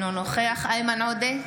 אינו נוכח איימן עודה,